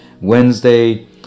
Wednesday